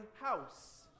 house